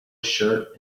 shirt